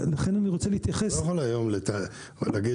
אתה לא יכול היום להגיד,